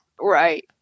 Right